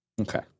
Okay